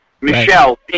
Michelle